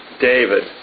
David